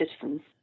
citizens